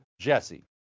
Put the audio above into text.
Jesse